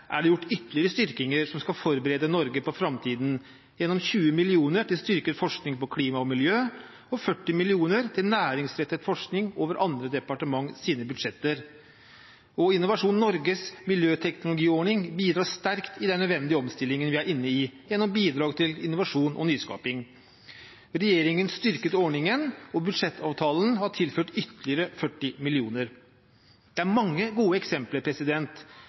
er det gjort ytterligere styrkinger som skal forberede Norge på framtiden, gjennom 20 mill. kr til styrket forskning på klima og miljø og 40 mill. kr til næringsrettet forskning over andre departements budsjetter. Innovasjon Norges miljøteknologiordning bidrar sterkt i den nødvendige omstillingen vi er inne i gjennom bidrag til innovasjon og nyskaping. Regjeringen styrket ordningen, og budsjettavtalen har tilført ytterligere 40 mill. kr. Det er mange gode eksempler